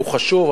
הוא חשוב,